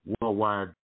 worldwide